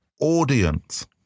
audience